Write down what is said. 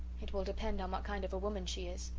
it will depend on what kind of a woman she is.